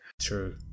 True